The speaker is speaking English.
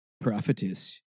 Prophetess